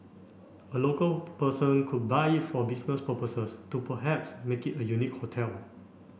a local person could buy it for business purposes to perhaps make it a unique hotel